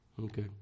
Okay